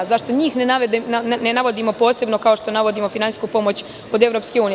Zašto njih ne navodimo posebno kao što navodimo finansijsku pomoć od EU?